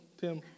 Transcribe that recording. Tim